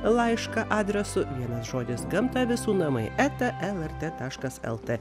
laišką adresu vienas žodis gamta visų namai eta lrt taškas lt